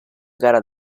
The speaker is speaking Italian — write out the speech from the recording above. gara